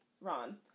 Ron